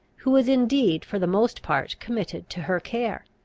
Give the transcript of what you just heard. who was indeed for the most part committed to her care.